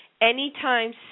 anytime